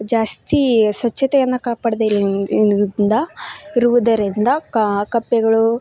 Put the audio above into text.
ಜಾಸ್ತಿ ಸ್ವಚ್ಛತೆಯನ್ನ ಕಾಪಾಡದೇ ಇರುವುದು ಇರುದರಿಂದ ಇರುವುದರಿಂದ ಕಪ್ಪೆಗಳು